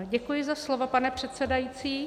Děkuji za slovo, pane předsedající.